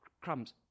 crumbs